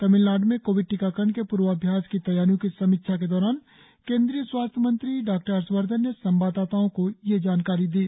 तामिलनाड् में कोविड टीकाकरण के पूर्वाभ्यास की तैयारियों की समीक्षा के दौरान केंद्रीय स्वास्थ्य मंत्री डॉ हर्षवर्धन ने संवादादताओ को यह जानकारी दी